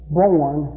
born